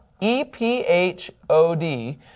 E-P-H-O-D